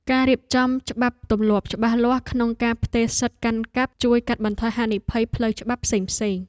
ការរៀបចំច្បាប់ទម្លាប់ច្បាស់លាស់ក្នុងការផ្ទេរសិទ្ធិកាន់កាប់ជួយកាត់បន្ថយហានិភ័យផ្លូវច្បាប់ផ្សេងៗ។